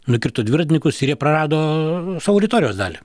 nukirto dviratininkus ir jie prarado savo auditorijos dalį